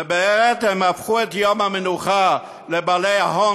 ובעצם הם הפכו את יום המנוחה לבעלי ההון